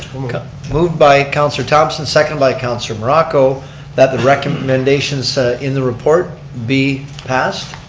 moved by councilor thomson, seconded by councilor morocco that the recommendations in the report be passed.